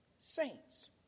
saints